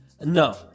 No